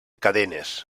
cadenes